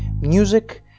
music